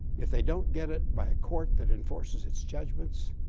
if they don't get it by a court that enforces its judgments,